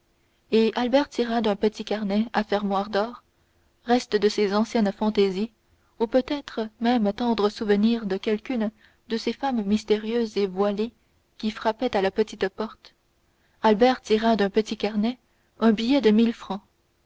et albert tira d'un petit carnet à fermoir d'or reste de ses anciennes fantaisies ou peut-être même tendre souvenir de quelqu'une de ces femmes mystérieuses et voilées qui frappaient à la petite porte albert tira d'un petit carnet un billet de mille francs